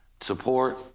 support